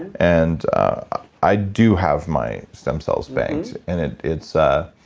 and i do have my stem cells banked and it's a